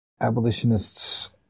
abolitionists